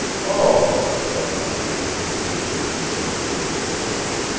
oh, said i, with an attempt to conceal my disappointment,